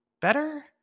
better